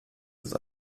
with